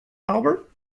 albert